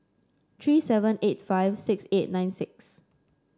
three seven eight five six eight nine six